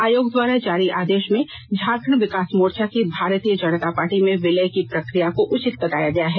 आयोग द्वारा जारी आदेश में झारखंड विकास मोर्चा की भारतीय जनता पार्टी में विलय की प्रक्रिया को उचित बताया गया है